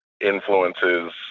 influences